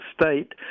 State